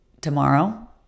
tomorrow